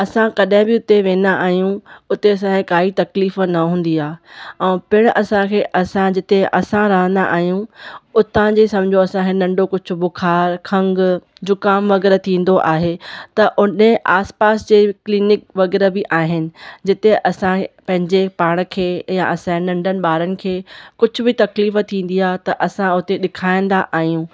असां कॾहिं बि उते वेंदा आहियूं उते असांखे काई तकलीफ़ु न हूंदी आहे ऐं पिणु असांखे असां जिथे असां रहंदा आहियूं उतां जे सम्झो असांखे नंढो कुझु बुख़ारु खंगु ज़ुकाम वग़ैरह थींदो आहे त ओॾे आस पास जे क्लिनिक वग़ैरह बि आहिनि जिते असां पंहिंजे पाण खे या असां नंढनि ॿारनि खे कुझु बि तकलीफ़ु थींदी आहे त असां उते ॾेखारींदा आहियूं